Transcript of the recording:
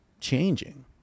changing